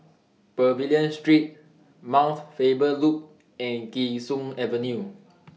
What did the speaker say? Pavilion Street Mount Faber Loop and Kee Sun Avenue